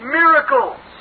miracles